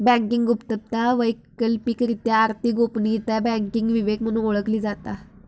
banking गुप्तता, वैकल्पिकरित्या आर्थिक गोपनीयता, बँकिंग विवेक म्हणून ओळखली जाता